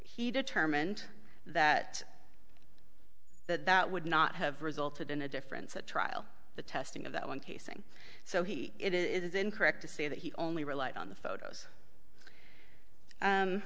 he determined that that would not have resulted in a difference at trial the testing of that one casing so he it is incorrect to say that he only relied on the photos